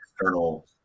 external